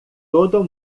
todo